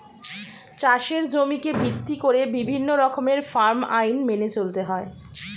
চাষের জমিকে ভিত্তি করে বিভিন্ন রকমের ফার্ম আইন মেনে চলতে হয়